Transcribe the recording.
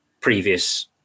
previous